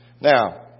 Now